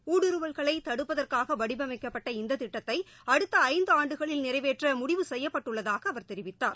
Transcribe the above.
ஊடுருவல்களை தடுப்பதற்காக வடிவமைக்கப்பட்ட இந்த திட்டத்தை அடுத்த ஐந்து ஆண்டுகளில் நிறைவேற்ற முடிவு செய்யப்பட்டுள்ளதாக அவர் தெரிவித்தார்